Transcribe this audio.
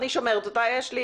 אני שומרת אותם.